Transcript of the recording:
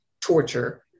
torture